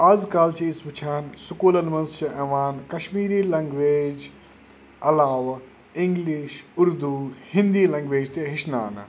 اَز کَل چھِ أسۍ وُچھان سکوٗلَن منٛز چھِ یِوان کَشمیٖری لنٛگویج علاوٕ اِنٛگلِش اُردوٗ ہِندی لنٛگویج تہِ ہیٚچھناونہٕ